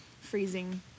Freezing